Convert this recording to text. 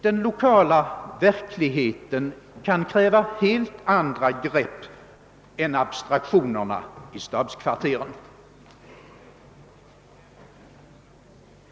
Den lokala verkligheten kan kräva helt andra grepp än abstraktionerna i stabskvarte Fen.